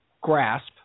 grasp